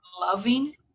loving